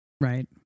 Right